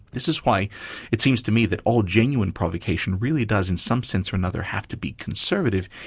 this is why it seems to me that all genuine provocation really does in some sense or another have to be conservative.